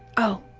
oh,